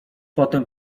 potem